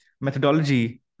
methodology